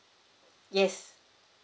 yes